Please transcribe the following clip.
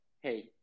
hey